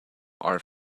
are